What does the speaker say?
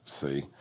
see